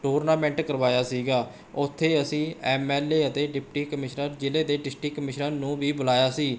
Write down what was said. tournament ਕਰਵਾਇਆ ਸੀ ਉੱਥੇ ਅਸੀਂ ਐਮ ਐਲ ਏ ਅਤੇ ਡਿਪਟੀ ਕਮਿਸ਼ਨਰ ਜ਼ਿਲ੍ਹੇ ਦੇ ਡਿਸਟਿਕ ਕਮਿਸ਼ਨਰ ਨੂੰ ਵੀ ਬੁਲਾਇਆ ਸੀ